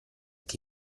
che